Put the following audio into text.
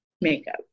makeup